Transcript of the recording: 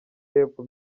y’epfo